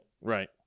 Right